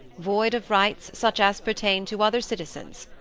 void of rights such as pertain to other citizens,